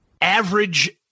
average